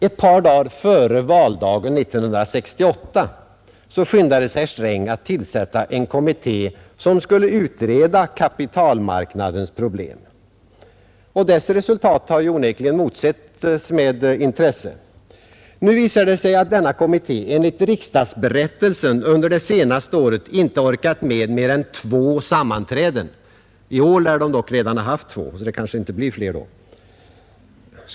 Ett par dagar före valdagen 1968 skyndade sig herr Sträng att tillsätta en kommitté, som skulle utreda kapitalmarknadens problem. Dess resultat har onekligen motsetts med intresse. Nu visar det sig att denna kommitté enligt riksdagsberättelsen under det senaste året inte har orkat med mer än två sammanträden. I år har den visst redan haft två. Då kanske det inte blir flera.